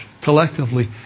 collectively